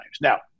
Now